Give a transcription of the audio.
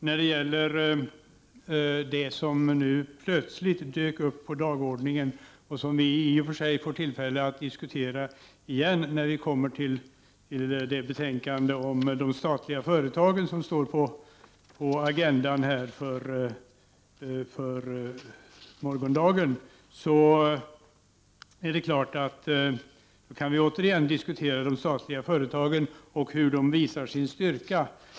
När det gäller det som nu plötsligt dök upp på dagordningen, och som vi i och för sig får tillfälle att diskutera när vi kommer till det betänkande om de statliga företagen som står på agendan för morgondagen, kan vi återigen diskutera de statliga företagen och hur de visar sin styrka.